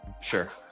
Sure